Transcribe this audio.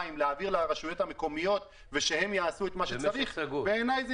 המים להעביר לרשויות המקומיות ושהם יעשו מה שצריך בעיניי,